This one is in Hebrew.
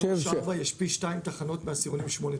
3 ו-4 יש פי שתיים תחנות מאשר בעשירונים 8,